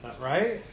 Right